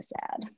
sad